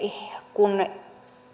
kun